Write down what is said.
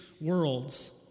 worlds